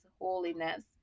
holiness